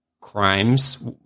crimes